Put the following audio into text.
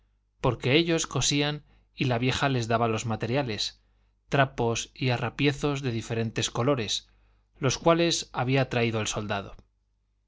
porque ellos cosían y la vieja les daba los materiales trapos y arrapiezos de diferentes colores los cuales había traído el soldado